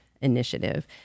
initiative